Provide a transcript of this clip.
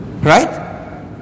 Right